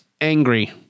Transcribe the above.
angry